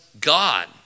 God